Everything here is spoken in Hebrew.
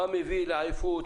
מה מביא לעייפות,